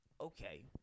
Okay